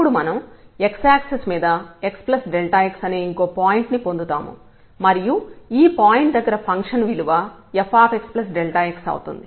ఇప్పుడు మనం x axis మీద xx అనే ఇంకో పాయింట్ ను పొందుతాము మరియు ఈ పాయింట్ దగ్గర ఫంక్షన్ విలువ fxx అవుతుంది